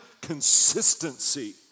consistency